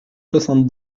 soixante